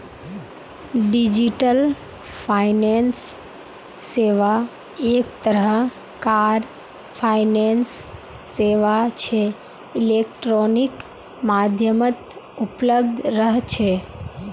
digital finance सेवा एक तरह कार फाइनेंस सेवा छे इलेक्ट्रॉनिक माध्यमत उपलब्ध रह छे